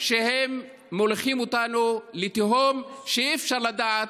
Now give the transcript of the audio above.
שנמוך השפה הערבית: קודם הייתה שפה רשמית,